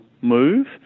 move